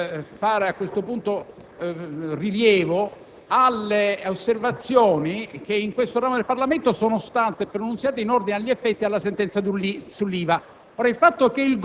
punto fare alcuni rilievi rispetto alle osservazioni che in questo ramo del Parlamento sono state pronunciate in ordine agli effetti della sentenza sull'IVA.